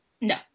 no